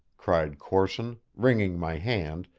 cried corson, wringing my hand,